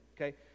okay